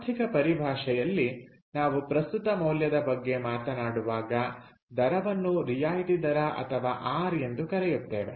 ಆರ್ಥಿಕ ಪರಿಭಾಷೆಯಲ್ಲಿ ನಾವು ಪ್ರಸ್ತುತ ಮೌಲ್ಯದ ಬಗ್ಗೆ ಮಾತನಾಡುವಾಗ ದರವನ್ನು ರಿಯಾಯಿತಿ ದರ ಅಥವಾ ಆರ್ ಎಂದು ಕರೆಯುತ್ತೇವೆ